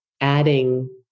adding